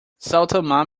sultan